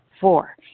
Four